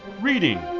reading